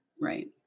Right